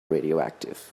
radioactive